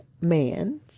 man